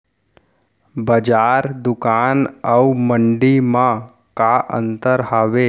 बजार, दुकान अऊ मंडी मा का अंतर हावे?